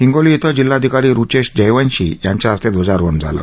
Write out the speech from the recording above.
हिंगोली इथं जिल्हाधिकारी रूचेश जयवंशी यांच्या हस्ते ध्वजारोहण करण्यात आलं